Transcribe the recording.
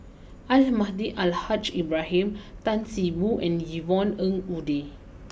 Almahdi Al Haj Ibrahim Tan see Boo and Yvonne Ng Uhde